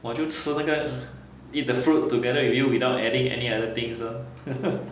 我就吃那个 eat the fruit together with you without adding any other things loh